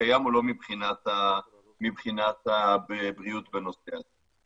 הקיים או לא מבחינת הבריאות בנושא הזה.